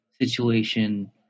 situation